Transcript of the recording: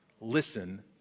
listen